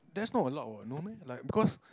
that's not a lot what no meh like because